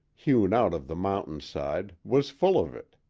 hewn out of the mountain side, was full of it.